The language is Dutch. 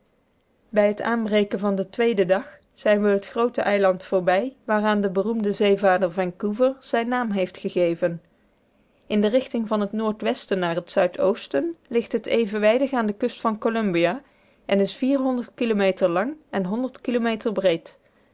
bij het aanbreken van den tweeden dag zijn we het groote eiland voorbij waaraan de beroemde zeevaarder vancouver zijnen naam heeft gegeven in de richting van het noordwesten naar het zuidoosten ligt het evenwijdig aan de kust van columbia en is kilometer lang en kilometer breed